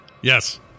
Yes